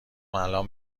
الان